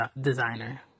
designer